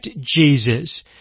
Jesus